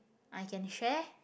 I can share